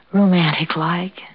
romantic-like